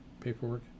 paperwork